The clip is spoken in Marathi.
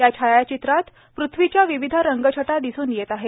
या छायाचित्रांत पृथ्वीच्या विविध रंगछटा दिसून येत आहे